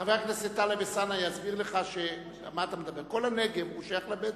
חבר הכנסת טלב אלסאנע יסביר לך שכל הנגב שייך לבדואים.